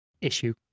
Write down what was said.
issue